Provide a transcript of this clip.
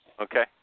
okay